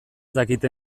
dakite